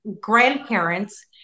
grandparents-